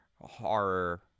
horror